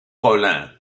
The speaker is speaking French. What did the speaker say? collin